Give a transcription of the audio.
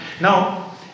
Now